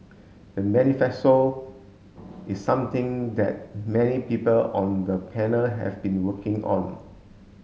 the manifesto is something that many people on the panel have been working on